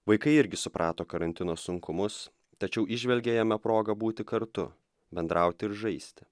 vaikai irgi suprato karantino sunkumus tačiau įžvelgė jame progą būti kartu bendrauti ir žaisti